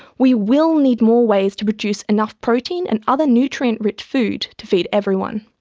we will need more ways to produce enough protein and other nutrient rich food to feed everyone.